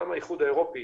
גם האיחוד האירופי,